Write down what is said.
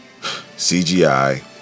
CGI